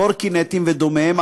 קורקינטים ודומיהם,